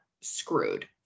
screwed